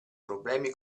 problemi